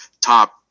top